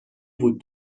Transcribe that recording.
بود